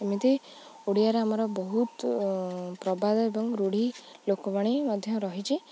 ଏମିତି ଓଡ଼ିଆରେ ଆମର ବହୁତ ପ୍ରବାଦ ଏବଂ ରୂଢ଼ି ଲୋକମାନେ ମଧ୍ୟ ରହିଛି